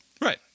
Right